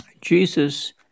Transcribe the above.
Jesus